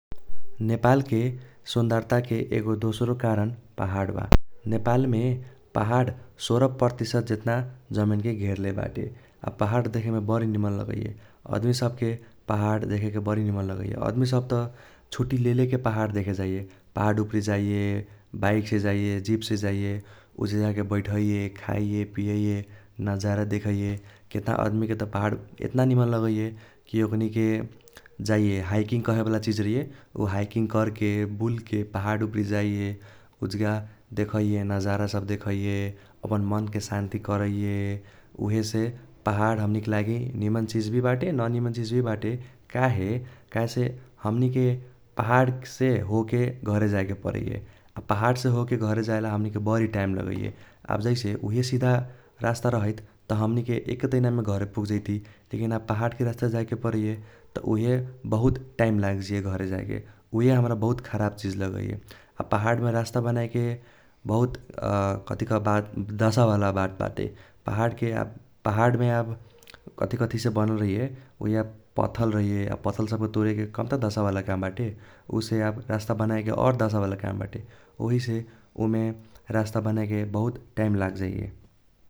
नेपालके सुन्दरताके एगो दोस्रो कारण पाहाड बा। नेपालमे पाहड सोह्र पर्तिसत जेतना जमीनके घेरले बाटे। आ पाहड देखेमे बरी निमन लगैये अदमी सबके पाहड देखेमे बरी निमन लगैये। अदमी सब त छूटी ले ले के पाहड देखे जाइये पाहड उपरि जाइये बाइकसे जाइये जीपसे जाइये उजगे जाके बैथैये खाइये पियैये नाजारा देखैये। केतना अदमिके त पाहाड एतना निमन लगैये कि ओकनीके जाइये हाइकिंग कहे वाला चिज रहैये उ हाइकिंग कर्के बुल्के पाहाड उपरि जाइये उजगा देखैये नाजारा सब देखैये अपन मनके सान्ति करैये उहेसे पाहाद हमनीके लागि निमन चिज भी बाटे न निमन चिज भी बाटे काहे काहेसे हमनीके पाहाडसे होके घरे जाइके परैये आ पाहाडसे होके घरे जाइला हमनीके बरी टाइम लगैये, आब जैसे उहे सीधा रास्ता रहैत त हमनीके एके तैनामे घरे पुग जैति लेकिन आब पाहाडके रास्ता जाइके परैये त उइहे बहुत टाइम लाग जाइये घरे जाइके उइहे हमरा बहुत खाब चिज लगैये। आ पाहाडमे रास्ता बनाएके बहुत दासा वाला बात बाटे, पाहाडके आब पाहाडमे आब कथी कथीसे बनल रहैये उहे आब पथल रहैये आ पथल सबके तूरेके कम्ता दासा वाला काम बाटे, उसे आब रास्ता बनाएके और दासा वाला काम बाटे ओहिसे उमे रास्ता बनाइके बहुत टाइम लाग जाइये।